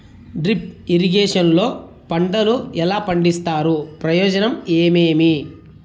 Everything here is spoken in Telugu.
డ్రిప్ ఇరిగేషన్ లో పంటలు ఎలా పండిస్తారు ప్రయోజనం ఏమేమి?